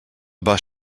bus